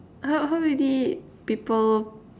how how many people